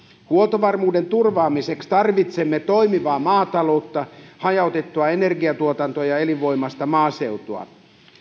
huoltovarmuuden turvaamiseksi tarvitsemme toimivaa maataloutta hajautettua energiantuotantoa ja elinvoimaista maaseutua